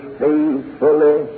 faithfully